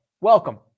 welcome